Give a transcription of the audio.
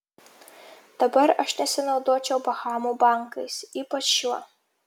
dabar aš nesinaudočiau bahamų bankais ypač šiuo